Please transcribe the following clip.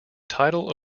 title